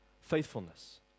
faithfulness